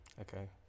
Okay